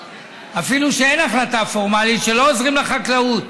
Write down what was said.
אפילו שאין החלטה פורמלית, שלא עוזרים לחקלאות,